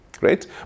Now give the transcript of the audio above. Right